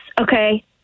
okay